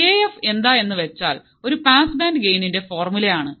A F എന്താ എന്ന് വെച്ചാൽ ഒരു പാസ് ബാൻഡ് ഗെയ്നിന്റെ ഫോർമുല ആണ്